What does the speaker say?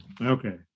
Okay